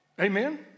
Amen